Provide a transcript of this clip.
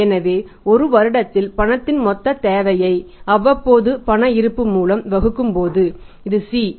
எனவே ஒரு வருடத்தில் பணத்தின் மொத்தத் தேவையை அவ்வப்போது பண இருப்பு மூலம் வகுக்கும்போது இது C